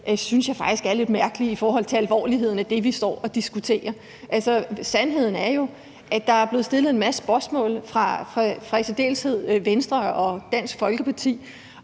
lokalet, faktisk er lidt mærkelig i forhold til alvorligheden i det, vi står og diskuterer. Sandheden er jo, at der er blevet stillet en masse spørgsmål fra i særdeleshed Venstre og Dansk Folkeparti.